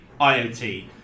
IoT